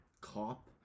Cop